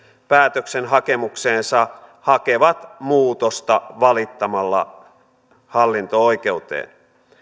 päätöksen hakemukseensa hakevat muutosta valittamalla hallinto oikeuteen